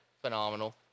phenomenal